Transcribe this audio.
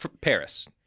Paris